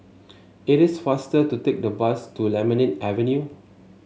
it is faster to take the bus to Lemon Avenue